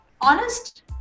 honest